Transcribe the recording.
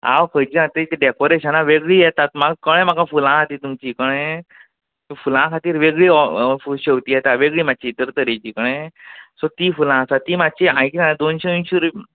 हांव खंयचीं आ ते तीं डॅकोरेशना वेगळीं येतात म्हाका कळ्ळें म्हाका फुलां आ तीं तुमचीं कयें तीं फुलां खातीर वेगळीं ऑ ऑ फु शेंवतीं येता वेगळीं मातशें तर तरेचीं कयें सो तीं फुलां आसा तीं माच्ची हांव कियें सालां दोनशे अंयशीं रुप